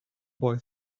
boy